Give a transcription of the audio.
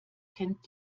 kennt